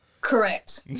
correct